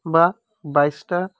বা বাইছটা